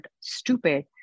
stupid